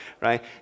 Right